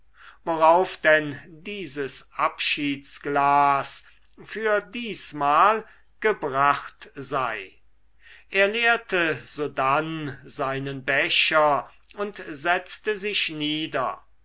worauf denn dieses abschiedsglas für diesmal gebracht sei er leerte sodann seinen becher und setzte sich nieder